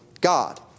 God